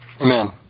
Amen